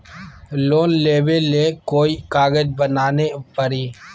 Loan लेबे ले कोई कागज बनाने परी?